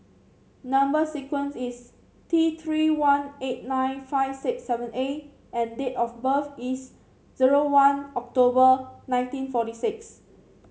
number sequence is T Three one eight nine five six seven A and date of birth is zero one October nineteen forty six